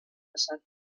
passat